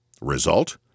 Result